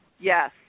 Yes